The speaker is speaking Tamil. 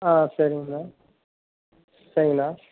ஆ சரிங்கண்ணா சரிங்கண்ணா